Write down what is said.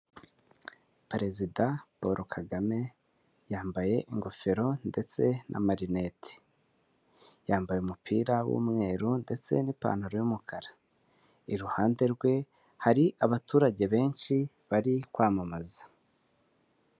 Perezida Paul Kagame yambaye ingofero ndetse na marineti. Yambaye umupira w'umweru ndetse n'ipantaro y'umukara, iruhande rwe hari abaturage benshi bari kwamamaza.